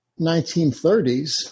1930s